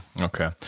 okay